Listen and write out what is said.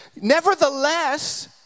nevertheless